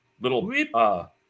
little